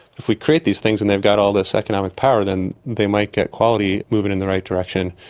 if we create these things and they've got all this economic power then they might get quality moving in the right direction,